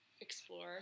explore